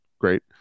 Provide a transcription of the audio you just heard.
Great